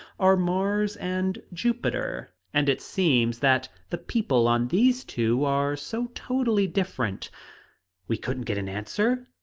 are mars and jupiter. and it seems that the people on these two are so totally different we couldn't get an answer?